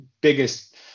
biggest